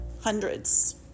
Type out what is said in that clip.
hundreds